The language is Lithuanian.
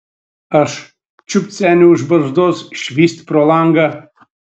aš čiupt senį už barzdos švyst pro langą